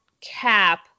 cap